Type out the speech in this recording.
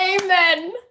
Amen